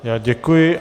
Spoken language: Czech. Já děkuji.